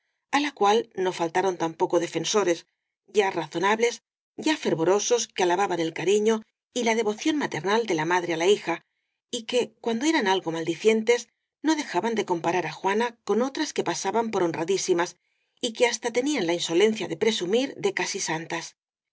á la cual no faltaron tampoco defensores ya razona bles ya fervorosos que alababan el cariño y la de voción maternal de la madre á la bija y que cuan do eran algo maldicientes no dejaban de compa rar á juana con otras que pasaban por honradísi mas y que hasta tenían la insolencia de presumir de casi santas